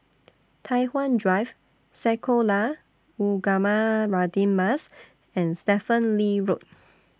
Tai Hwan Drive Sekolah Ugama Radin Mas and Stephen Lee Road